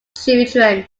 children